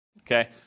okay